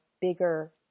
bigger